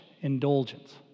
indulgence